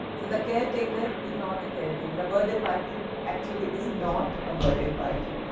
the the care taker is not a caretaker. the birthday party actually is not a birthday party.